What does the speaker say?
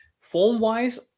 Form-wise